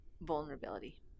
vulnerability